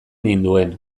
ninduen